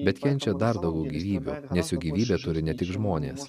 bet kenčia dar daugiau gyvybių nes juk gyvybę turi ne tik žmonės